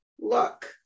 look